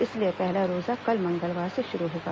इसलिए पहला रोजा कल मंगलवार से शुरू होगा